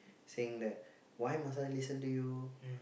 saying that why must I listen to you